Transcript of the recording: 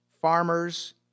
Farmers